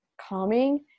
calming